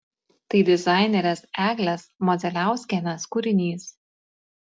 tai dizainerės eglės modzeliauskienės kūrinys